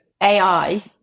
AI